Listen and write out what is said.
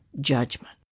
judgment